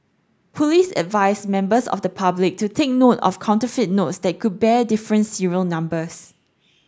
police advised members of the public to take note of counterfeit notes that could bear different serial numbers